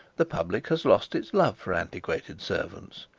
the public has lost its love for antiquated servants.